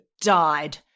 died